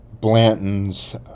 Blanton's